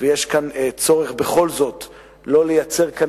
ויש כאן צורך בכל זאת לא לייצר כאן